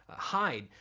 ah hide,